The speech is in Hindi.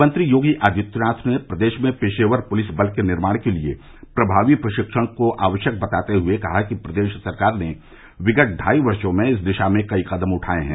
मुख्यमंत्री योगी आदित्यनाथ ने प्रदेश में पेशेवर पुलिस बल के निर्माण के लिए प्रभावी प्रशिक्षण को आवश्यक बताते हुए कहा कि प्रदेश सरकार ने विगत ढाई वर्षो में इस दिशा में कई कदम उठाए हैं